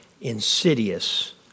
insidious